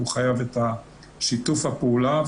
הוא חייב את שיתוף הפעולה,